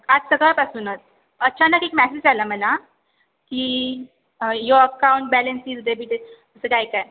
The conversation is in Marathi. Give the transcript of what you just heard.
आज सकाळपासूनच अचानक एक मॅसेज आला मला की your account balance is debited असं काय काय